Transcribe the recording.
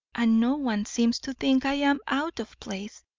and no one seems to think i am out of place,